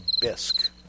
bisque